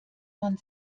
man